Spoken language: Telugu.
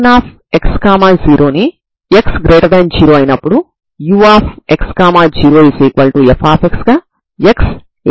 దీని నుండి మీరు b anπ n123 అని చూడవచ్చు ఎందుకంటే n 0 పెడితే μ0 అవుతుంది